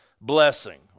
blessing